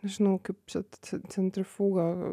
nežinau kaip čia cen centrifuga